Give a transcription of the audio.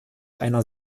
einer